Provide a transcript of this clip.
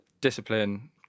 Discipline